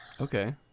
okay